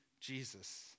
Jesus